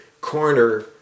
corner